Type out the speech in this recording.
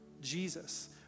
Jesus